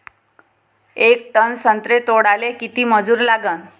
येक टन संत्रे तोडाले किती मजूर लागन?